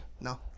No